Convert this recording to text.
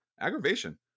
Aggravation